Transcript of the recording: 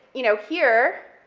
you know, here,